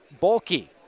bulky